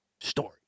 story